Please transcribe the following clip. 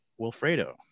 wilfredo